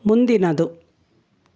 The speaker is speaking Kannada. ಮುಂದಿನದು